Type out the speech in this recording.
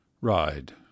Ride